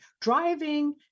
driving